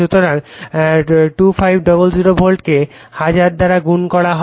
সুতরাং 2500 ভোল্টকে 1000 দ্বারা গুণ করা হয়